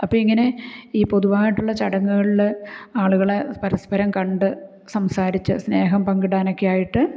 അപ്പോൾ ഇങ്ങനെ ഈ പൊതുവായിട്ടുള്ള ചടങ്ങുകളിൽ ആളുകളെ പരസ്പരം കണ്ട് സംസാരിച്ച് സ്നേഹം പങ്കിടാനൊക്കെയായിട്ടു